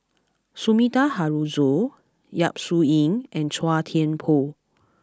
Sumida Haruzo Yap Su Yin and Chua Thian Poh